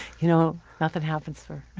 you know nothing happens for.